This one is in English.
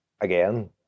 again